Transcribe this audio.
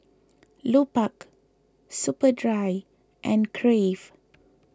Lupark Superdry and Crave